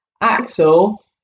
Axel